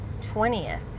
20th